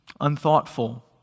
unthoughtful